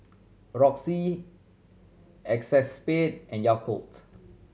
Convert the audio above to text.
Roxy Acexspade and Yakult